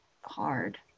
hard